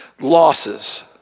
losses